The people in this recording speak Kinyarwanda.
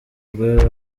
rwe